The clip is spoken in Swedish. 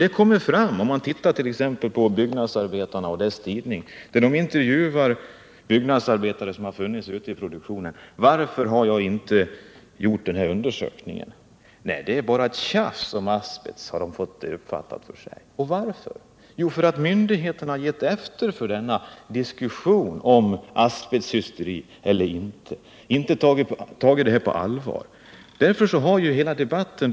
Det kommer fram om vi ser på exempelvis byggnadsarbetarna och deras tidning, man har intervjuat byggnadsarbetare ute i produktionen om varför de inte gått på den här undersökningen. De har fått för sig att det här med asbest bara är tjafs. Och varför? Jo, därför att myndigheterna inte tagit frågan på allvar utan gett efter för detta resonemang om asbesthysteri.